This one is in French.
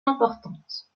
importantes